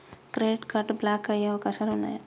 Credit card block అయ్యే అవకాశాలు ఉన్నయా?